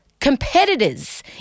competitors